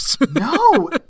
No